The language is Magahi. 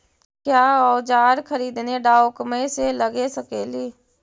क्या ओजार खरीदने ड़ाओकमेसे लगे सकेली?